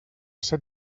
set